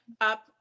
up